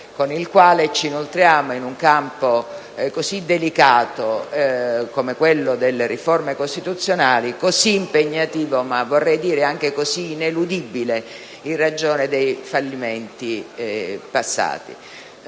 con cui ci inoltriamo in un campo così delicato come quello delle riforme costituzionali, così impegnativo, ma anche così ineludibile in ragione dei fallimenti passati.